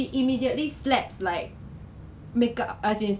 like work outside 的 right no time for family